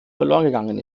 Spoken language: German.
verlorengegangen